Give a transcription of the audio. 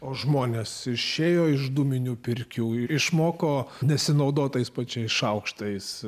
o žmonės išėjo iš dūminių pirkių ir išmoko nesinaudoti tais pačiais šaukštais